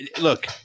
Look